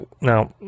Now